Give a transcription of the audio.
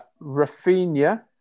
Rafinha